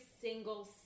single